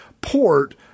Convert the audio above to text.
port